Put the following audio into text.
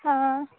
ह